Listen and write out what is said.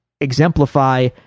exemplify